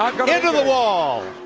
into the wall.